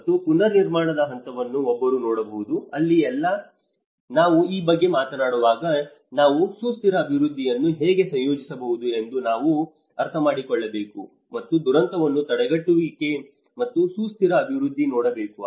ಮತ್ತು ಪುನರ್ನಿರ್ಮಾಣದ ಹಂತವನ್ನು ಒಬ್ಬರು ನೋಡಬಹುದು ಮತ್ತು ಅಲ್ಲಿ ನಾವು ಈ ಬಗ್ಗೆ ಮಾತನಾಡುವಾಗ ನಾವು ಸುಸ್ಥಿರ ಅಭಿವೃದ್ಧಿಯನ್ನು ಹೇಗೆ ಸಂಯೋಜಿಸಬಹುದು ಎಂದು ನಾವು ಅರ್ಥಮಾಡಿಕೊಳ್ಳಬೇಕು ಮತ್ತು ದುರಂತವನ್ನು ತಡೆಗಟ್ಟುವಿಕೆ ಮತ್ತು ಸುಸ್ಥಿರ ಅಭಿವೃದ್ಧಿತ ನೋಡಬೇಕು